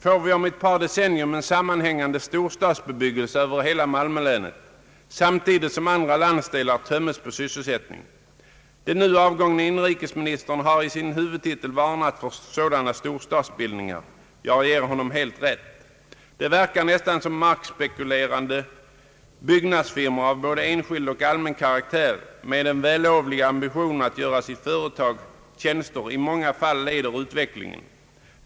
Får vi om ett par decennier en sammanhängande storstadsbebyggelse över hela malmölänet, samtidigt som andra landsdelar tömmes på sysselsättning. Den nu avgångne inrikesministern har i sin huvudtitel varnat för sådana storstadsbildningar. Jag ger honom helt rätt. Det verkar närmast som om markspekulerande byggnadsfirmor av både enskild och allmän karaktär — med den vällovliga ambitionen att göra sitt företag tjänster — i många fall leder utvecklingen.